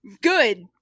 Good